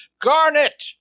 Garnet